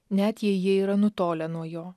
net jei jie yra nutolę nuo jo